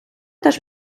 теж